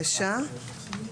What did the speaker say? ל-3(א).